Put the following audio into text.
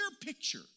picture